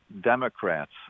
Democrats